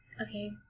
okay